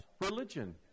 religion